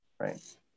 Right